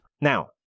Now